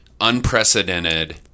unprecedented